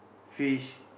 fish